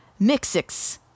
mixix